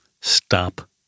Stop